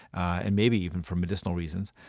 and maybe even for medicinal reasons.